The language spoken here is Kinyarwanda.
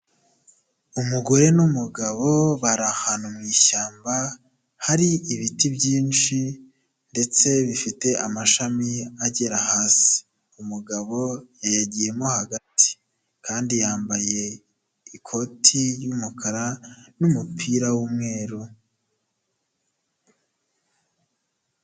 Umugore n'umugabo bari ahantu mu ishyamba hari ibiti byinshi ndetse bifite amashami agera hasi, umugabo yayagiyemo hagati kandi yambaye ikoti ry'umukara n'umupira w'umweru.